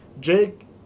Jake